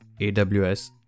AWS